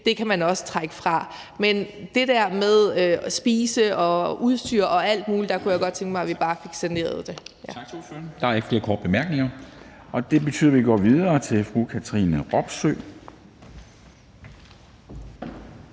kan man trække fra. Men i forhold til det der med spisning og udstyr og alt muligt kunne jeg godt tænke mig, at vi bare fik saneret det.